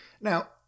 Now